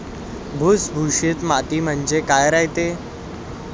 भुसभुशीत माती म्हणजे काय रायते?